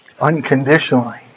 unconditionally